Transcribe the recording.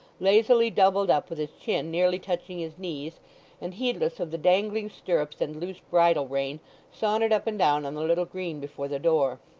lazily doubled up with his chin nearly touching his knees and heedless of the dangling stirrups and loose bridle-rein, sauntered up and down on the little green before the door.